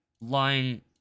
lying